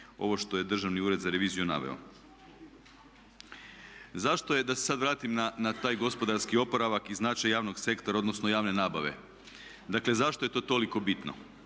ovo što je Državni ured za reviziju naveo. Zašto, da se sad vratim na taj gospodarski oporavak i značaj javnog sektora odnosno javne nabave. Dakle, zašto je to toliko bitno?